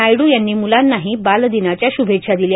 नायड्र यांनी मुलांनाही बालदिनाच्या शुभेच्छा दिल्या